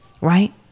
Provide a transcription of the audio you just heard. right